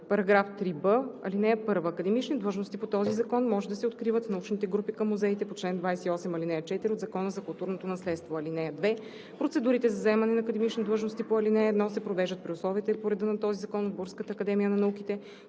§ 3б: „§ 3б. (1) Академични длъжности по този закон може да се откриват в научните групи към музеите по чл. 28, ал. 4 от Закона за културното наследство. (2) Процедурите за заемане на академични длъжности по ал. 1 се провеждат при условията и по реда на този закон от Българската академия на науките,